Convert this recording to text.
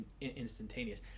instantaneous